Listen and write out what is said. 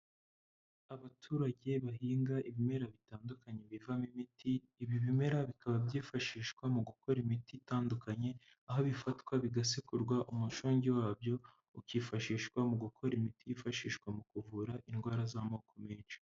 Abaturage bahinga ibimera bitandukanye bivamo imiti, ibi bimera bikaba byifashishwa mu gukora imiti itandukanye aho bifatwa bigasekurwa umushungi wabyo, ukifashishwa mu gukora imiti yifashishwa mu kuvura indwara z'amoko menshi.